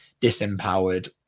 disempowered